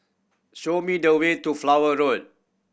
show me the way to Flower Road